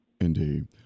Indeed